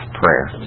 prayer